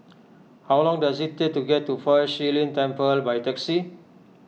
how long does it take to get to Fa Shi Lin Temple by taxi